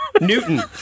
Newton